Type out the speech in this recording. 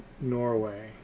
Norway